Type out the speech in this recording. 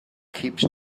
keeps